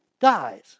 dies